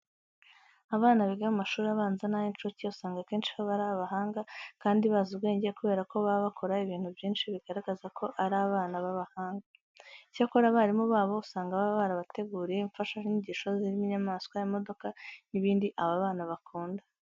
Abana biga mu mashuri abanza n'ay'incuke usanga akenshi baba ari abahanga kandi bazi ubwenge kubera ko baba bakora ibintu byinshi bigaragaza ko ari abana b'abahanga. Icyakora abarimu babo usanga baba barabateguriye imfashanyigisho zirimo inyamaswa, imodoka n'ibindi aba bana bakunda.